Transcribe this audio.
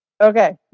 Okay